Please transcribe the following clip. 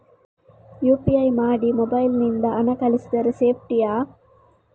UPI ಮಾಡಿ mobile ನಿಂದ ಹಣ ಕಳಿಸಿದರೆ ಸೇಪ್ಟಿಯಾ?